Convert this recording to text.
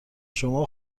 شما